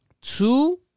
two